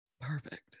perfect